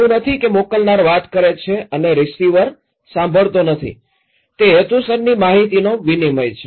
એવું નથી કે મોકલનાર વાત કરે છે અને રીસીવર સાંભળતો નથી તે હેતુસરની માહિતીનો વિનિમય છે